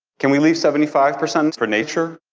can we leave seventy five percent for nature?